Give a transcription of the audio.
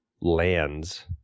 lands